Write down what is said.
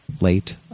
late